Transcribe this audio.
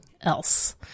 else